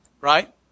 right